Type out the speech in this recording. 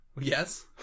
Yes